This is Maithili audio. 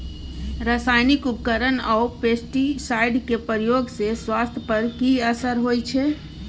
रसायनिक उर्वरक आ पेस्टिसाइड के प्रयोग से स्वास्थ्य पर कि असर होए छै?